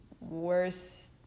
worse